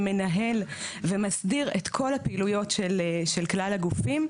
שמנהל ומסדיר את כל הפעילויות של כלל הגופים,